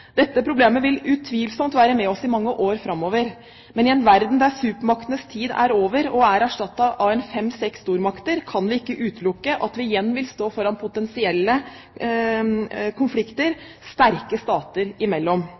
Dette problemet vil utvilsomt være med oss i mange år framover. Men i en verden der supermaktenes tid er over og er erstattet av fem–seks stormakter, kan vi ikke utelukke at vi igjen vil stå foran potensielle konflikter sterke stater imellom.